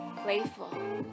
Playful